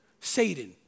Satan